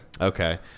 Okay